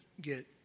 get